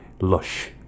Lush